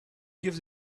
gives